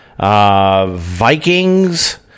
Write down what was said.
Vikings